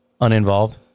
uninvolved